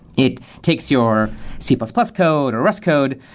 it takes your c plus plus code, or rust code,